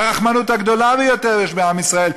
הרחמנות הגדולה ביותר יש בעם ישראל,